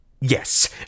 yes